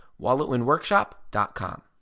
WalletWinWorkshop.com